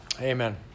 amen